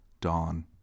Dawn